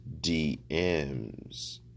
DMs